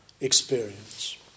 experience